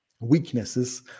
weaknesses